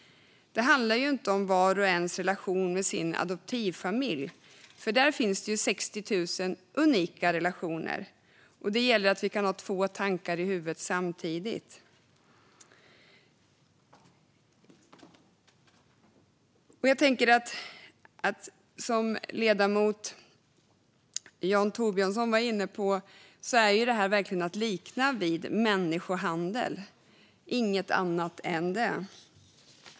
Det handlar inte om vars och ens relation med sin adoptivfamilj. Där finns ju 60 000 unika relationer, och det gäller att vi kan ha två tankar i huvudet samtidigt. Som ledamoten Jon Thorbjörnson var inne på är det här verkligen att likna vid människohandel och inget annat.